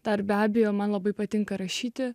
dar be abejo man labai patinka rašyti